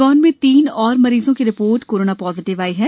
खरगौन में तीन और मरीजो की रिपोर्ट कोरोना पाजिटिव आई है